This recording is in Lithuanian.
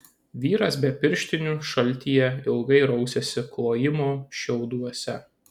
vyras be pirštinių šaltyje ilgai rausėsi klojimo šiauduose